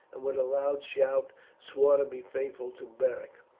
and with a loud shout swore to be faithful to beric.